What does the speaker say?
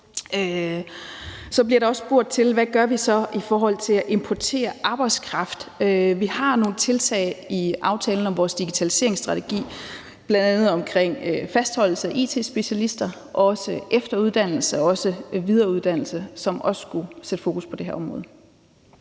Så bliver der også spurgt til, hvad vi så gør i forhold til at importere arbejdskraft. Vi har nogle tiltag i aftalen om vores digitaliseringsstrategi, bl.a. omkring fastholdelse af it-specialister og også efteruddannelse og videreuddannelse, og det skulle også sætte fokus på det her område.